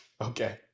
Okay